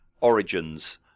origins